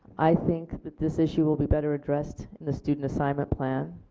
i think that this issue will be better addressed in the student assignment plan